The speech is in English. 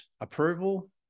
approval